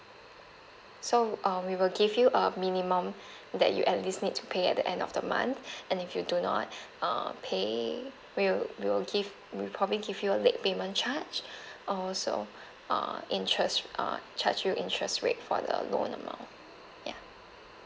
so um we will give you a minimum that you at least need to pay at the end of the month and if you do not uh pay we'll we'll give we'll probably give you a late payment charge uh also uh interest uh charge you interest rate for the loan amount ya